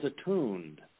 attuned